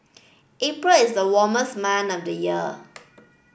April is the warmest month of the year